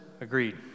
agreed